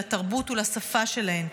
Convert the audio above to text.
לתרבות ולשפה שלהן,